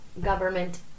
government